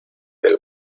del